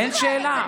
אין שאלה.